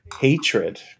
Hatred